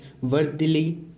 worthily